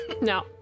No